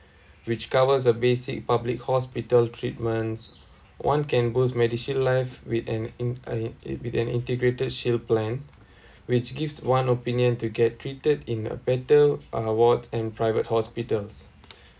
which covers a basic public hospital treatments one can boost MediShield Life with an in and with an Integrated Shield Plan which gives one opinion to get treated in a better uh ward and private hospitals